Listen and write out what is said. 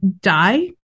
die